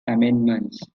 amendments